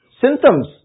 symptoms